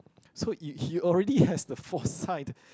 so you he already has the foresight